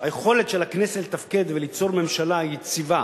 היכולת של הכנסת לתפקד וליצור ממשלה יציבה